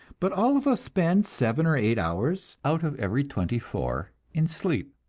but all of us spend seven or eight hours out of every twenty-four in sleep,